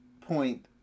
point